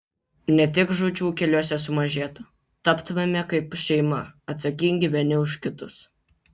ne tik žūčių keliuose sumažėtų taptumėme kaip šeima atsakingi vieni už kitus